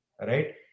right